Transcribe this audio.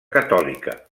catòlica